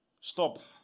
Stop